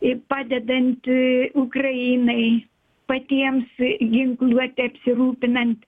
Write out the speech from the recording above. ir padedant ukrainai patiems ginkluotę apsirūpinant